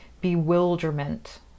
bewilderment